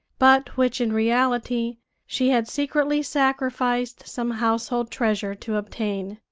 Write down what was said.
but which in reality she had secretly sacrificed some household treasure to obtain.